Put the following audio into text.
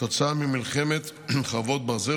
כתוצאה ממלחמת חרבות ברזל,